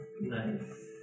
Nice